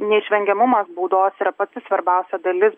neišvengiamumas baudos yra pati svarbiausia dalis